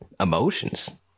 emotions